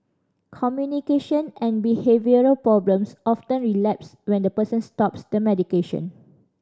communication and behavioural problems often relapse when the person stops the medication